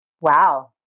Wow